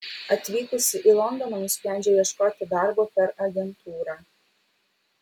atvykusi į londoną nusprendžiau ieškoti darbo per agentūrą